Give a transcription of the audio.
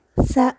சா